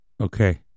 Okay